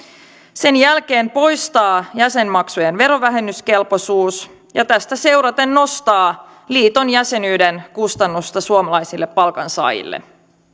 sen jälkeen poistaa jäsenmaksujen verovähennyskelpoisuus ja tästä seuraten nostaa liiton jäsenyyden kustannuksia suomalaisille palkansaajille